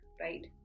right